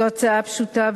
זו הצעה פשוטה,